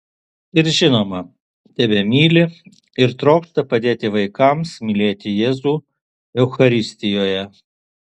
ir žinoma tebemyli ir trokšta padėti vaikams mylėti jėzų eucharistijoje